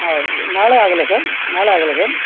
ಹೌದು ನಾಳೆ ಆಗೋಲ್ಲ ಸರ್ ನಾಳೆ ಆಗೋಲ್ಲ ಸರ್